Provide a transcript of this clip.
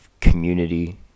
community